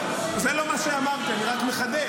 זה לא מה שאמרתי, אני רק מחדד.